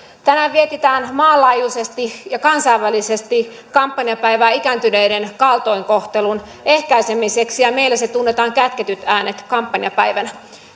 tänään vietetään maanlaajuisesti ja kansainvälisesti kampanjapäivää ikääntyneiden kaltoinkohtelun ehkäisemiseksi ja meillä se tunnetaan kätketyt äänet kampanjapäivänä